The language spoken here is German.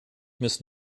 müssen